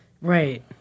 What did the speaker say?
right